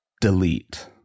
delete